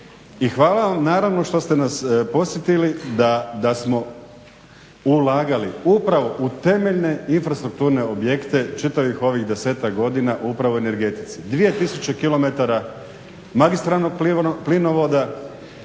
hvala naravno što ste nas podsjetili da smo ulagali upravo u temeljne infrastrukturne objekte čitavih ovih 10-tak godina upravo u energetici.